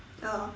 oh